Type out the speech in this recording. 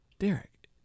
Derek